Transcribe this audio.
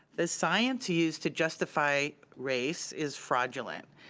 the science used to justify race is fraudulent,